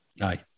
Aye